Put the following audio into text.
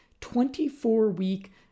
24-week